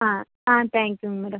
ஆ ஆ தேங்க் யூங்க மேடம்